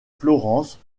florence